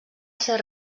ser